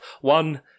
one